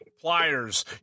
pliers